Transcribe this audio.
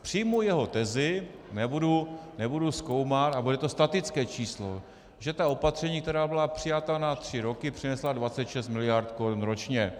Přijmu jeho tezi, nebudu zkoumat a bude to statické číslo, že ta opatření, která byla přijata na tři roky, přinesla 26 mld. korun ročně.